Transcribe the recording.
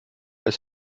ist